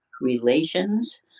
relations